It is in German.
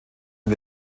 und